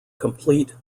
complete